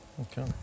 Okay